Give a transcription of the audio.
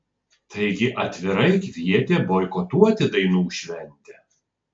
taigi atvirai kvietė boikotuoti dainų šventę